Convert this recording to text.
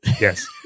Yes